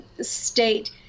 state